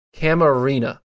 Camarina